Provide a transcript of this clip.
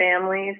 families